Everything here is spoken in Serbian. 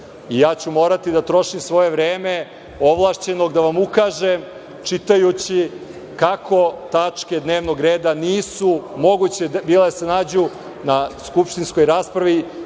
Ja ću morati da trošim svoje vreme ovlašćenog da vam ukažem čitajući kako tačke dnevnog reda nisu moguće bile da se nađu na skupštinskoj raspravi